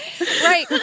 right